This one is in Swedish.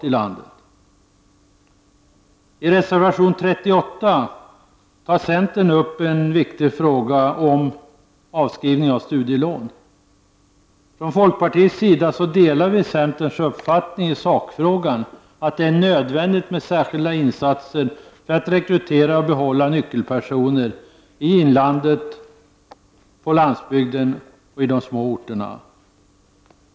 I reservation 38 av centern tas den viktiga frågan om avskrivning av studielån upp. Vi i folkpartiet delar centerns uppfattning i sakfrågan, nämligen att det är nödvändigt med särskilda insatser när det gäller att rekrytera och behålla nyckelpersoner i inlandet, på landsbygden och på de små orterna.